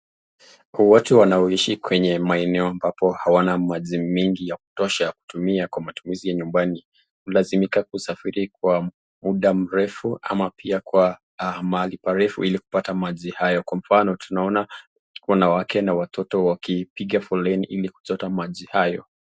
Watu wanaoishi kwenye maeneo bapo hawana maji mengi yakutosha ya kutumia kwa matumizi ya nyumbani ,kulazimika kusafiri kwa muda mrefu ,ama pia kwa mahali parefu ili kupata maji hayo .Kwa mfano tunaona wanawake na watoto wakipiga foleni ili kuchota maji hayo.